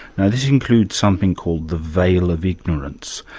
now, this includes something called the veil of ignorance,